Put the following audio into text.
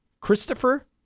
Christopher